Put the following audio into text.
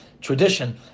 tradition